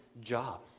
job